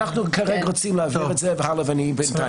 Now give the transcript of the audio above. אנחנו כרגע רוצים להעביר את זה, והלאה, ובינתיים.